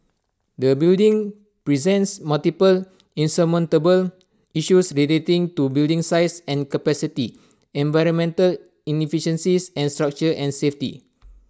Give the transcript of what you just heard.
the building presents multiple insurmountable issues relating to building size and capacity environmental inefficiencies and structure and safety